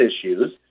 issues